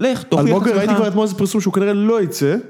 על הבוקר ראיתי כבר אתמול איזה פרסום שהוא כנראה לא יצא